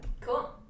Cool